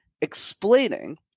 explaining